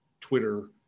Twitter